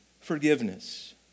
Forgiveness